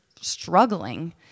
struggling